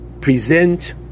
present